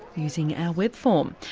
using our web form.